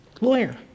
lawyer